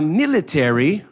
military